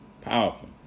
Powerful